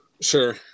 Sure